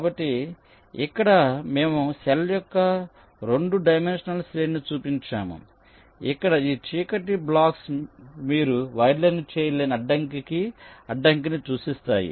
కాబట్టి ఇక్కడ మేము సెల్ యొక్క 2 డైమెన్షనల్ శ్రేణిని చూపించాము ఇక్కడ ఈ చీకటి బ్లాక్స్ మీరు వైర్లను వేయలేని అడ్డంకిని సూచిస్తాయి